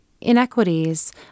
inequities